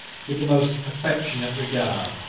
with the most affectionate regard,